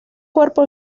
cuerpo